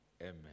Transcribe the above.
Amen